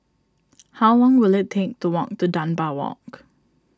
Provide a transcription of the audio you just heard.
how long will it take to walk to Dunbar Walk